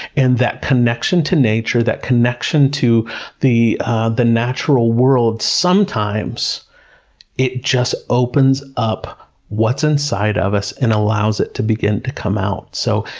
and that connection to nature, that connection to the the natural world, sometimes it just opens up what's inside of us and allows it to begin to come out. so,